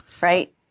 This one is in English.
right